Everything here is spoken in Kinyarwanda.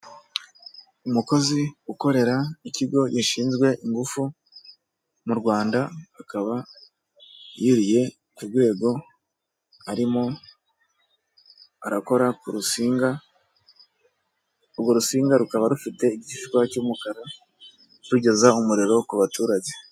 Umukozi ukorera ikigo gishinzwe ingufu m'u Rwanda, akaba yuriye urwego arimo arakora ku rusinga, urwo rusinga rukaba rufite igishishwa cy'umukara rugeza umuriro ku baturage.